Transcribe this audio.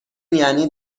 یعنی